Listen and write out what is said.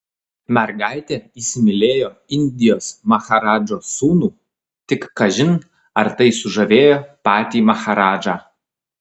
mergaitė įsimylėjo indijos maharadžos sūnų tik kažin ar tai sužavėjo patį maharadžą